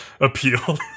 appeal